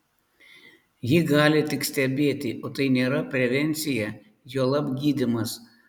ji gali tik stebėti o tai nėra prevencija juolab gydymas